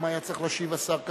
למה היה צריך להשיב השר כחלון?